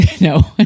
No